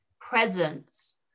presence